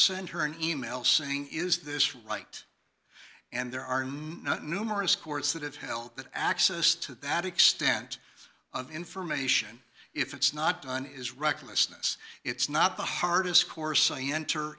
send her an e mail saying is this right and there are numerous courts that have held that access to that extent of information if it's not on is recklessness it's not the hardest course i enter